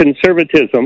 conservatism